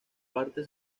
parte